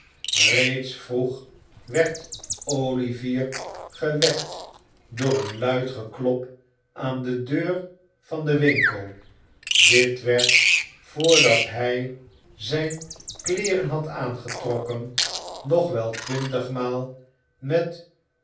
reeds vroeg werd olivier gewekt door een luid geklop aan de deur van den winkel dit werd voordat hij zijne kleeren had aangetrokken nog wel twintigmaal met